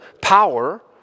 power